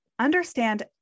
Understand